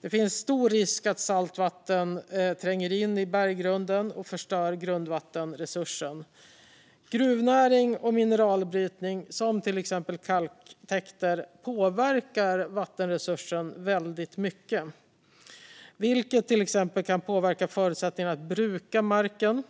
Det finns en stor risk att saltvatten tränger in i berggrunden och förstör grundvattenresursen. Gruvnäring och mineralbrytning, som till exempel kalktäkter, påverkar vattenresursen väldigt mycket, vilket till exempel kan påverka förutsättningarna att bruka marken